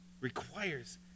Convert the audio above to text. requires